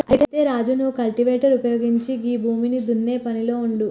అయితే రాజు నువ్వు కల్టివేటర్ ఉపయోగించి గీ భూమిని దున్నే పనిలో ఉండు